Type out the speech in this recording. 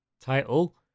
title